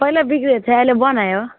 पहिला बिग्रेको थियो अहिले बनायो